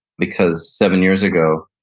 because seven years ago,